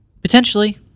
Potentially